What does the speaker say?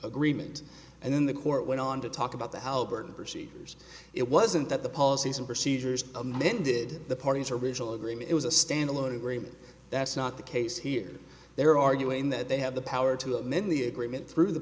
agreement and in the court went on to talk about the albertan procedures it wasn't that the policies and procedures amended the parties original agreement was a standalone agreement that's not the case here they're arguing that they have the power to amend the agreement through the